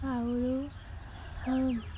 আৰু